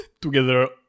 together